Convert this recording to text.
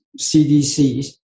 CDC